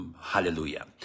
Hallelujah